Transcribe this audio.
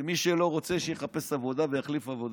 ומי שלא רוצה, שיחפש עבודה ויחליף עבודה,